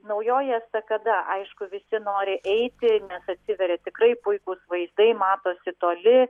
naujoji estakada aišku visi nori eiti nes atsiveria tikrai puikūs vaizdai matosi toli